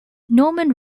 norman